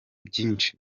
byinshi